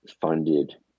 funded